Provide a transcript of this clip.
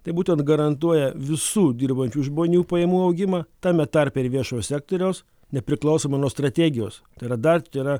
tai būtent garantuoja visų dirbančių žmonių pajamų augimą tame tarpe ir viešojo sektoriaus nepriklausomai nuo strategijos tai yra dar tai yra